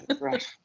Right